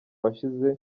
washize